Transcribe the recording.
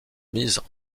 mises